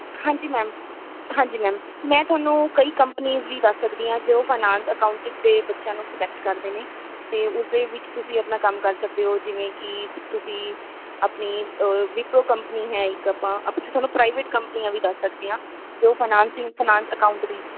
ਹਾਂਜੀ ਮੈਮ ਹਾਂਜੀ ਮੈਮ ਮੈਂ ਤੁਹਾਨੂੰ ਕਈ ਕੰਪਨੀਸ ਵੀ ਦੱਸ ਸਕਦੀ ਹਾਂ ਜੋ ਫਾਈਨੈਂਸ ਅਕਾਊਂਟਿੰਗ ਦੇ ਬੱਚਿਆਂ ਨੂੰ ਸਲੈਕਟ ਕਰਦੇ ਨੇ ਅਤੇ ਉਸਦੇ ਵਿੱਚ ਤੁਸੀਂ ਆਪਣਾ ਕੰਮ ਕਰ ਸਕਦੇ ਹੋ ਜਿਵੇਂ ਕਿ ਤੁਸੀਂ ਆਪਣੀ ਵਿਪਰੋ ਕੰਪਨੀ ਹੈ ਇੱਕ ਆਪਾਂ ਆਪ ਅਸੀਂ ਤੁਹਾਨੂੰ ਪ੍ਰਾਈਵੇਟ ਕੰਪਨੀਆਂ ਵੀ ਦੱਸ ਸਕਦੇ ਹਾਂ ਜੋ ਫਾਇਨਾਂਸਿੰਗ ਫਾਇਨਾਂਸ ਅਕਾਊਂਟ ਦੇ